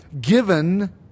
Given